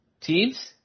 teams